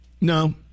no